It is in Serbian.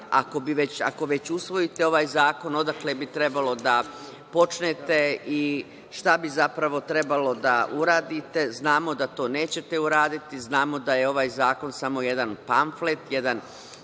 ako već usvojite ovaj zakon, odakle bi trebalo da počnete i šta bi zapravo trebalo da uradite. Znamo da to nećete uraditi, znamo da je ovaj zakon samo jedan pamflet, jedan